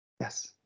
Yes